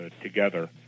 together